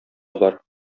бар